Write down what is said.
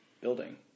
building